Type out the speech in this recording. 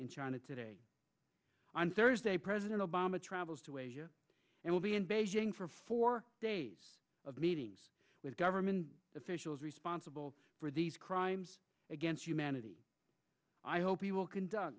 in china today on thursday president obama travels to asia and will be in beijing for four days of meetings with government officials responsible for these crimes against humanity i hope you will conduct